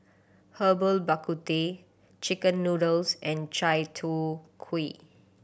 Herbal Bak Ku Teh chicken noodles and chai tow kway